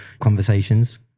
conversations